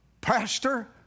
Pastor